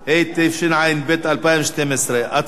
התשע"ב 2012. הצבעה,